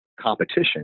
competition